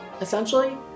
essentially